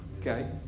Okay